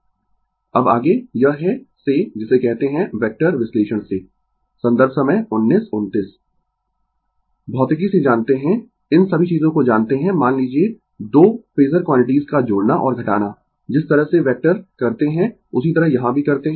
Refer Slide Time 1925 अब आगें यह है से जिसे कहते है वेक्टर विश्लेषण से संदर्भ समय 1929 भौतिकी से जानते है इन सभी चीजों को जानते है मान लीजिए 2 फेजर क्वांटिटीस का जोड़ना और घटाना जिस तरह से वेक्टर करते है उसी तरह यहां भी करते है